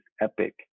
epic